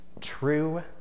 true